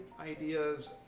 ideas